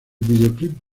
videoclip